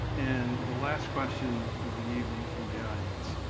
and the last question of the evening from the audience,